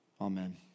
Amen